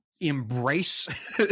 embrace